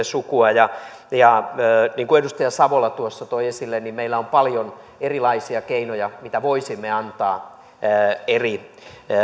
sukua niin kuin edustaja savola tuossa toi esille meillä on paljon erilaisia keinoja mitä voisimme antaa eri